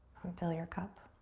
fill your cup.